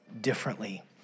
differently